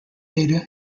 data